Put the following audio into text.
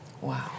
Wow